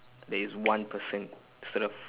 there is one person instead of